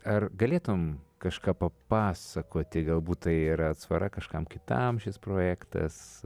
ar galėtumei kažką papasakoti galbūt tai yra atsvara kažkam kitam šis projektas